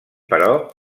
però